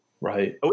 Right